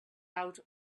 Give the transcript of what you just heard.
out